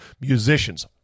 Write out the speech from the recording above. musicians